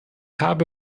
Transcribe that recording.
habe